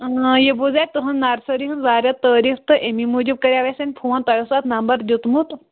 ٲں یہِ بوٗز اَسہِ تُہٕنٛزِ نَرسٔری ہٕنٛز واریاہ تعٲریٖف تہٕ اَمی موٗجوٗب کَریاو اَسہِ وۅنۍ فون تۄہہِ اوسوٕ اتھ نمبر دیُتمُت